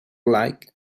like